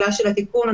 איזו